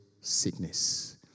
sickness